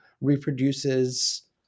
reproduces